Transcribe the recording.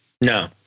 No